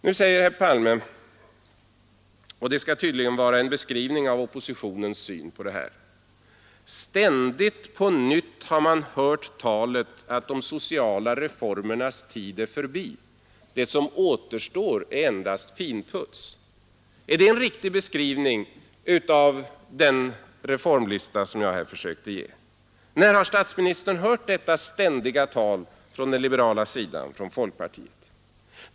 Nu säger herr Palme — och det skall tydligen vara en beskrivning av oppositionens syn på det här: ”Ständigt på nytt har man hört talet att de sociala reformernas tid är förbi, det som återstår är finputs.” Är det en riktig beskrivning av den reformlista som jag här försökte ge? När har statsministern hört detta ständiga tal från den liberala sidan, från folkpartiet?